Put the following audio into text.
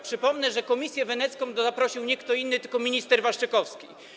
Przypomnę, że Komisję Wenecką zaprosił nie kto inny, tylko minister Waszczykowski.